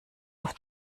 auf